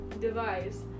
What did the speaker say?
device